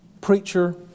preacher